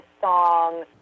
song